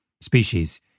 species